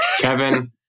Kevin